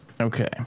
Okay